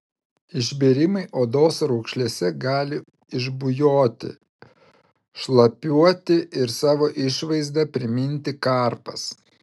išbėrimai odos raukšlėse gali išbujoti šlapiuoti ir savo išvaizda priminti karpas